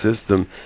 system